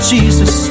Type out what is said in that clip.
Jesus